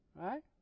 Right